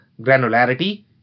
granularity